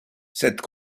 cette